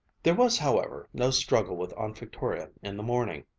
there was, however, no struggle with aunt victoria in the morning.